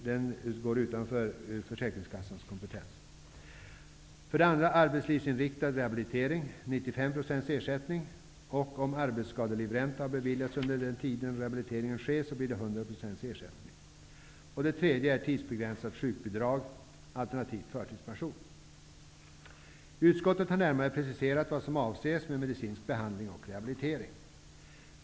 Den står utanför försäkringskassans kompetens. För det andra skall man pröva arbetslivsinriktad rehabilitering, som ger 95 % ersättning. Om arbetsskadelivränta beviljas under den tid rehabilitering sker får man 100 % ersättning. För det tredje prövas tidsbegränsat sjukbidrag, alternativt förtidspension. Utskottet har närmare preciserat vad som avses med medicinsk behandling och rehabilitering.